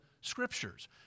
scriptures